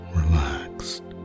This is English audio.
relaxed